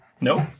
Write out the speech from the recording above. Nope